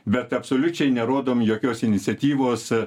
bet absoliučiai nerodom jokios iniciatyvos